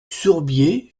sourbier